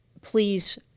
please